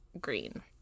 Green